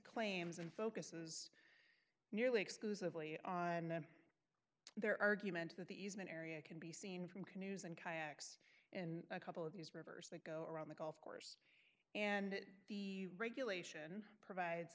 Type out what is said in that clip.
claims and focuses nearly exclusively on their argument that the easement area can be seen from canoes and kayaks in a couple of these rivers that go around the golf course and the regulation provides